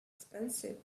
expensive